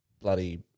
bloody –